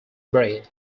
bray